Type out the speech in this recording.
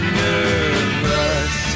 nervous